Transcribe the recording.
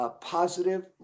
Positive